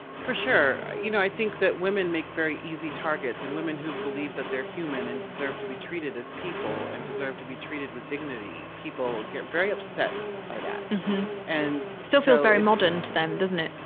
for sure. you know, i think that women make very easy targets and women who believe that they're human and deserve to be treated as people and deserve to be treated with dignity. people get very upset by that and still feels very modern to them, doesn't it?